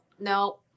no